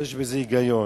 יש בזה היגיון,